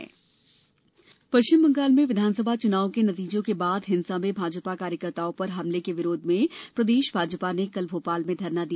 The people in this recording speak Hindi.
भाजपा प्रदर्शन पश्चिम बंगाल में विधानसभा चुनाव के नतीजों के बाद हिंसा में भाजपा कार्यकर्ताओं पर हमले के विरोध में प्रदेश भाजपा ने कल भोपाल में धरना दिया